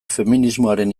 feminismoaren